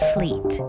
Fleet